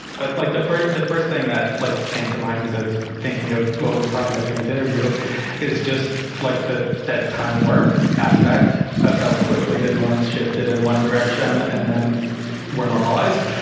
but like the for the first thing that like came to mind as i was thinking of maybe we talk about doing this interview is just like that, that time warp aspect of how quickly the norms shifted in one direction and then we're normalized